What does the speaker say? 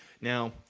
Now